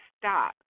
stop